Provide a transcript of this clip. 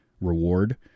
reward